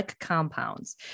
compounds